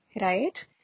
right